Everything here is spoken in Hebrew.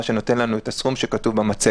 מה שנותן לנו את הסכום שכתוב במצגת.